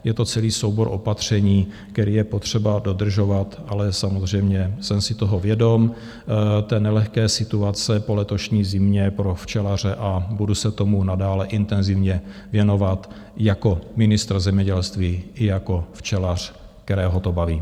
Je to celý soubor opatření, který je potřeba dodržovat, ale samozřejmě jsem si vědom nelehké situace po letošní zimě pro včelaře a budu se tomu nadále intenzivně věnovat jako ministr zemědělství i jako včelař, kterého to baví.